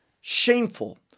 Shameful